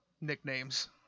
nicknames